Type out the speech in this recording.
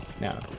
no